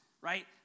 right